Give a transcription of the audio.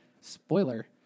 spoiler